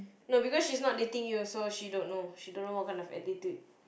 no because she's not dating you also she don't know she don't know what kind of attitude